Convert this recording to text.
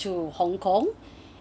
to hong kong